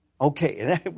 okay